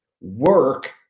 work